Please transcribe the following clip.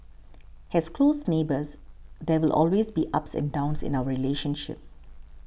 as close neighbours there will always be ups and downs in our relationship